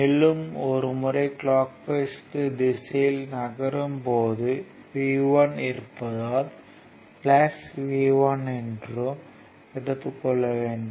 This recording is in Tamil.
மேலும் ஒரு முறை கிளாக் வைஸ் திசையில் நகரும் போது V1 இருப்பதால் V1 என்று எடுத்துக் கொள்ள வேண்டும்